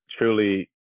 truly